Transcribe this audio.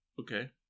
Okay